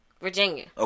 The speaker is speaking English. Virginia